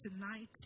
tonight